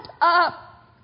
up